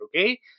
okay